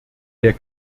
der